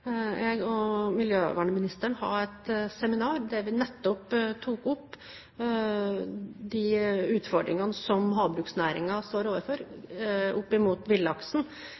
Jeg og miljøvernministeren hadde et seminar der vi nettopp tok opp de utfordringene som havbruksnæringen står overfor når det gjelder villaksen